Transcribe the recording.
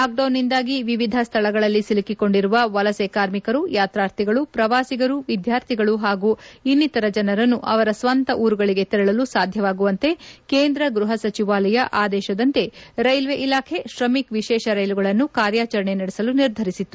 ಲಾಕ್ಡೌನ್ನಿಂದಾಗಿ ವಿವಿಧ ಸ್ವಳಗಳಲ್ಲಿ ಸಿಲುಕಿಕೊಂಡಿರುವ ವಲಸೆ ಕಾರ್ಮಿಕರು ಯಾತ್ತಾತ್ರಿಗಳು ಪ್ರವಾಸಿಗರು ವಿದ್ಯಾರ್ಥಿಗಳು ಹಾಗೂ ಇನ್ನಿತರ ಜನರನ್ನು ಅವರ ಸ್ವಂತ ಊರುಗಳಿಗೆ ತೆರಳಲು ಸಾಧ್ಯವಾಗುವಂತೆ ಕೇಂದ್ರ ಗೃಹ ಸಚಿವಾಲಯ ಆದೇಶದಂತೆ ರೈಲ್ವೆ ಇಲಾಖೆ ಶ್ರಮಿಕ್ ವಿಶೇಷ ರೈಲುಗಳನ್ನು ಕಾರ್ಯಚರಣೆ ನಡೆಸಲು ನಿರ್ಧರಿಸಿತ್ತು